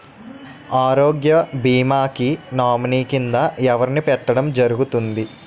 ఆరోగ్య భీమా కి నామినీ కిందా ఎవరిని పెట్టడం జరుగతుంది?